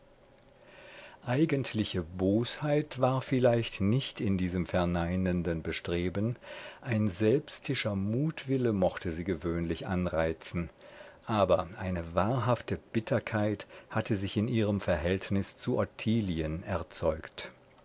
eigentliche bosheit war vielleicht nicht in diesem verneinenden bestreben ein selbstischer mutwille mochte sie gewöhnlich anreizen aber eine wahrhafte bitterkeit hatte sich in ihrem verhältnis zu ottilien erzeugt